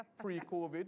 pre-COVID